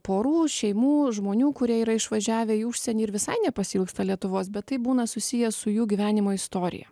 porų šeimų žmonių kurie yra išvažiavę į užsienį ir visai nepasiilgsta lietuvos bet tai būna susiję su jų gyvenimo istorija